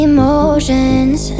Emotions